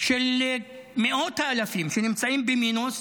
של מאות אלפים שנמצאים במינוס,